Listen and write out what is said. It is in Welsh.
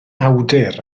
awdur